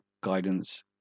guidance